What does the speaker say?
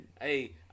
Hey